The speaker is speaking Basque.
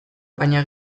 baina